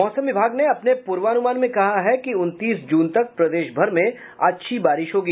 मौसम विभाग ने अपने पूर्वानुमान में कहा है कि उनतीस जून तक प्रदेशभर में अच्छी बारिश होगी